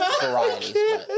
varieties